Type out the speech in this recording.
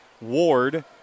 Ward